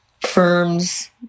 firms